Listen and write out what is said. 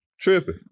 Tripping